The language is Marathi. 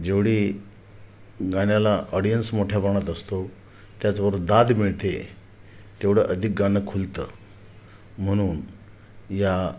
जेवढी गाण्याला ऑडियन्स मोठ्या प्रमाणात असतो त्याचबरोबर दाद मिळते तेवढं अधिक गाणं खुलतं म्हणून या